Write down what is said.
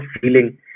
feeling